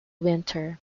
winter